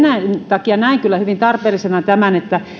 takia näen kyllä hyvin tarpeellisena tämän että